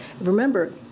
Remember